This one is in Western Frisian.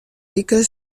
wike